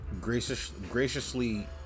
Graciously